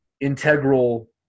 integral